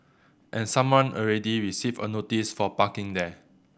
and someone already received a notice for parking there